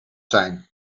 zijn